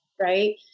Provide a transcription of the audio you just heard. right